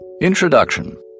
Introduction